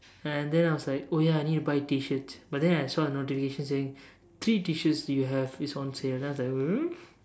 and then I was like oh ya I need to buy T-shirts but then I saw the notification saying three T-shirts you have is on sale then I was like hmm